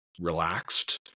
relaxed